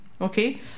okay